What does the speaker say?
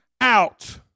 out